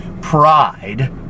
pride